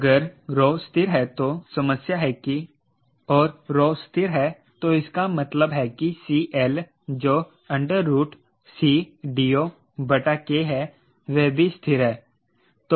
अगर rho स्थिर है तो समस्या है कि और rho स्थिर है तो इसका मतलब है कि CL जो CDOK है वह भी स्थिर है